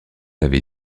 avait